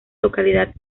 localidad